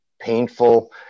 painful